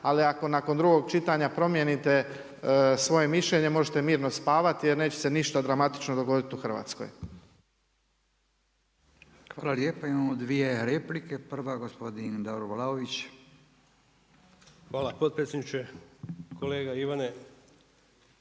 ali ako nakon drugog čitanja promijenite svoje mišljenje, možete mirno spavati jer neće se ništa dramatično dogoditi u Hrvatskoj. **Radin, Furio (Nezavisni)** Hvala lijepa. Imamo 2 replike. Prva gospodin Davor Vlaović. **Vlaović, Davor